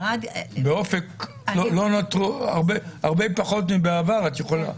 באופק נותרו הרבה פחות מבעבר.